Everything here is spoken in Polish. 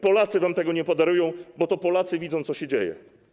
Polacy wam tego nie podarują, bo Polacy widzą, co się dzieje.